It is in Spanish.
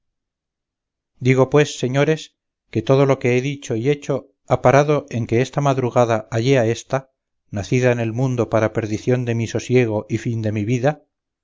digo pues señores que todo lo que he dicho y hecho ha parado en que esta madrugada hallé a ésta nacida en el mundo para perdición de mi sosiego y fin de mi vida